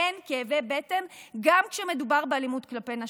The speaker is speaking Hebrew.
אין כאבי בטן גם כשמדובר באלימות כלפי נשים.